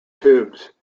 tubes